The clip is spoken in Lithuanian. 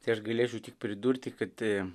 tai aš galėčiau tik pridurti kad